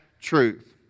truth